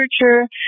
literature